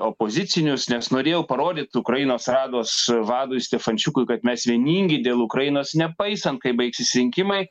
opozicinius nes norėjau parodyti ukrainos rados vadui stefančiukui kad mes vieningi dėl ukrainos nepaisant kaip baigsis rinkimai